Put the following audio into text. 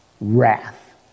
wrath